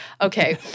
Okay